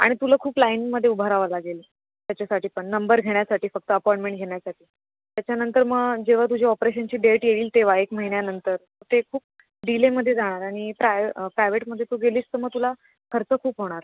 आणि तुला खूप लाईनमध्ये उभं रहावं लागेल त्याच्यासाठी पण नंबर घेण्यासाठी फक्त अपॉईंमेंट घेण्यासाठी त्याच्यानंतर मग जेव्हा तुझी ऑपरेशनची डेट येईल तेव्हा एक महिन्यानंतर ते खूप डीलेमध्ये जाणार आणि प्राय प्रायवेटमध्ये तू गेलीस तर मग तुला खर्च खूप होणार